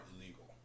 illegal